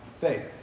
faith